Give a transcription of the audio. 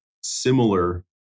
similar